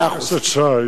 מאה אחוז.